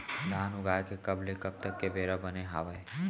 धान उगाए के कब ले कब तक के बेरा बने हावय?